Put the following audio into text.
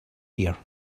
here